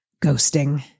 ghosting